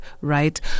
right